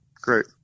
Great